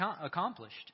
accomplished